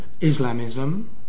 Islamism